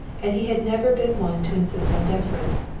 and he had never been one to insist on deference,